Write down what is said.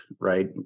right